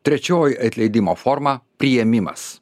trečioji atleidimo forma priėmimas